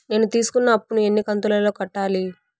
నేను తీసుకున్న అప్పు ను ఎన్ని కంతులలో కట్టాలి?